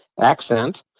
accent